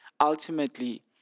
ultimately